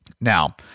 now